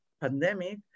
pandemic